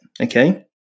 okay